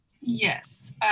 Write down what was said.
Yes